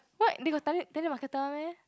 what they got tele~ telemarketer one meh